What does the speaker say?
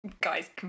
guys